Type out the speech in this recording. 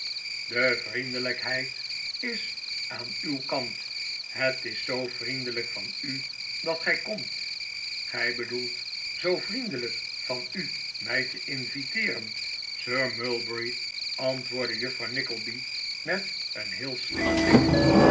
de vriendelijkheid is aan uw kant het is zoo vriendelijk van u dat gij komt gij bedoelt zoo vriendelijk van u mij te inviteeren sir mulberry antwoordde juffrouw nickleby met een heel slimmen blik